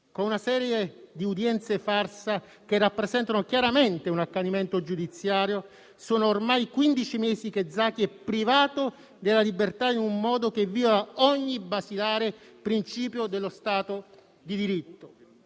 Con una serie di udienze farsa, che rappresentano chiaramente un accanimento giudiziario, sono ormai quindici mesi che Zaki è privato della libertà, in un modo che viola ogni basilare principio dello Stato di diritto.